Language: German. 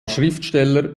schriftsteller